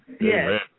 yes